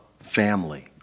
Family